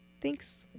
thanks